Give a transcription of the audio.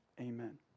Amen